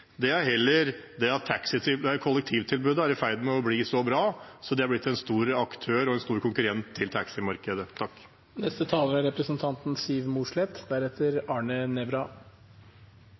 Det er heller at kollektivtilbudet er i ferd med å bli så bra at det har blitt en stor aktør og en stor konkurrent til taximarkedet.